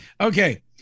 Okay